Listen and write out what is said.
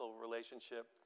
relationship